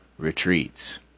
retreats